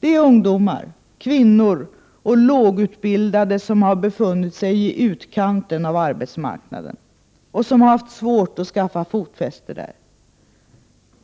är ungdomar, kvinnor och lågutbildade, som befunnit sig i utkanten av arbetsmarknaden och haft svårt att skaffa sig fotfäste där.